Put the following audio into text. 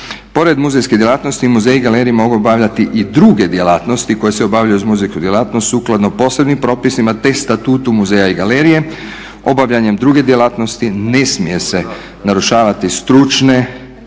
Pored muzejske djelatnosti muzeji i galerije mogu obavljati i druge djelatnosti koje se obavljaju uz muzejsku djelatnost sukladno posebnim propisima te statutu muzeja i galerija obavljanjem druge djelatnosti ne smije se narušavati stručne